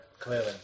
clearly